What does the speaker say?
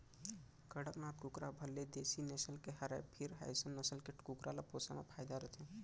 कड़कनाथ कुकरा ह भले देसी नसल के हरय फेर अइसन नसल के कुकरा ल पोसे म फायदा रथे